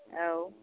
औ